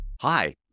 Hi